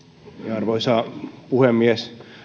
arvoisa puhemies